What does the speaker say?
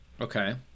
Okay